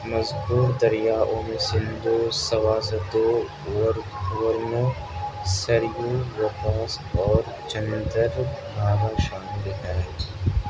مذکور دریاؤں میں سندھو سواستو ور ورنو سریو و پاس اور چندر بھاگا شامل ہیں